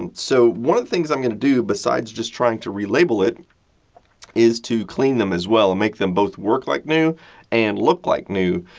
and so, one of the things i'm going to do besides just trying to relabel it is to clean them as well and make them both work like new and look like new.